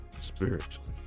spiritually